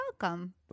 welcome